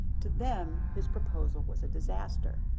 to them, his proposal was a disaster.